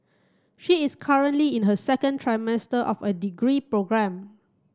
she is currently in her second trimester of her degree program